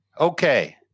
Okay